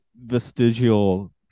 vestigial